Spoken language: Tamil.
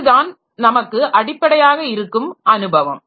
இதுதான் நமக்கு அடிப்படையாக இருக்கும் அனுபவம்